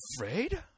afraid